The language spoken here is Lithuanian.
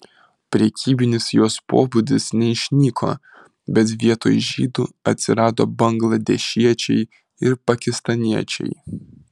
prekybinis jos pobūdis neišnyko bet vietoj žydų atsirado bangladešiečiai ir pakistaniečiai